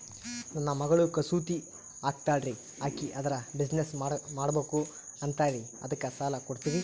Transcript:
ನನ್ನ ಮಗಳು ಕಸೂತಿ ಹಾಕ್ತಾಲ್ರಿ, ಅಕಿ ಅದರ ಬಿಸಿನೆಸ್ ಮಾಡಬಕು ಅಂತರಿ ಅದಕ್ಕ ಸಾಲ ಕೊಡ್ತೀರ್ರಿ?